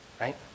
right